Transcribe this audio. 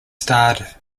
starred